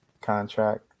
contract